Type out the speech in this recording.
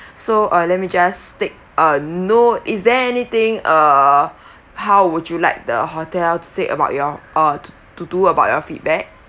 so uh let me just take a note is there anything uh how would you like the hotel to say about your uh to to do about your feedback